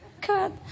God